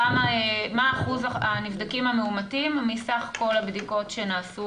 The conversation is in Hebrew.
מה אחוז הנבדקים המאומתים מסך כל הבדיקות שנעשו